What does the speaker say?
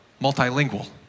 multilingual